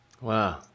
Wow